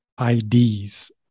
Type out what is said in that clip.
IDs